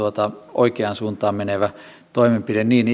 oikeaan suuntaan menevä toimenpide niin